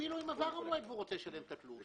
אפילו אם עבר המועד והוא רוצה לשלם את התלוש,